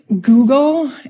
Google